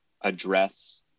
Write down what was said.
address